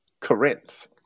Corinth